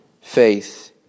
faith